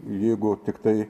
jeigu tiktai